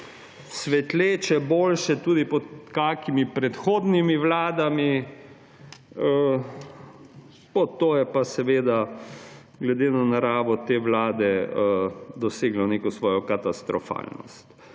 svetleče, boljše, tudi pod kakimi predhodnimi vladami, pod to je pa seveda glede na naravo te vlade doseglo neko svojo katastrofalnost.